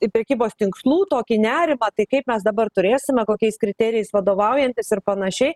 ir prekybos tinklų tokį nerimą tai kaip mes dabar turėsime kokiais kriterijais vadovaujantis ir panašiai